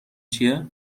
چیه